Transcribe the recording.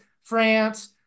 France